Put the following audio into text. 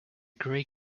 grey